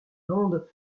land